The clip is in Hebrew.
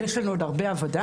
יש לנו עוד הרבה עבודה,